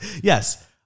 Yes